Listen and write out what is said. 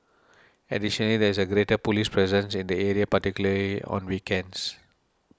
additionally there is a greater police presence in the area particularly on weekends